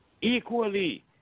Equally